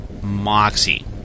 Moxie